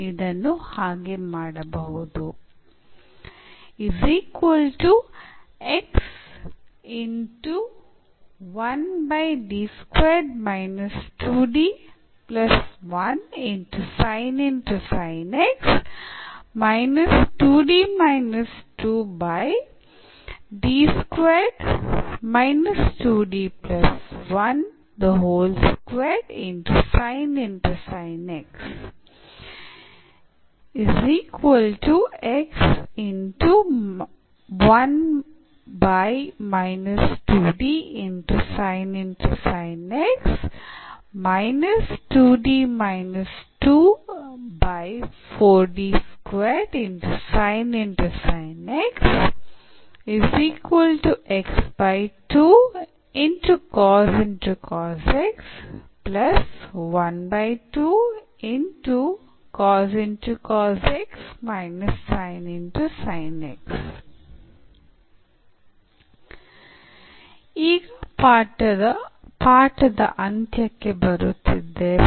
ಇದನ್ನು ಹಾಗೆ ಮಾಡಬಹುದು ಈಗ ಪಠ್ಯದ ಅಂತ್ಯಕ್ಕೆ ಬರುತ್ತಿದ್ದೇವೆ